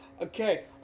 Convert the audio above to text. okay